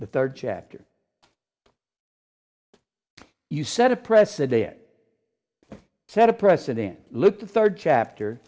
the third chapter you set a precedent set a precedent look the third chapter